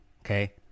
okay